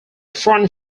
front